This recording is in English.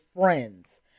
friends